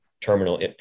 terminal